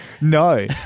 no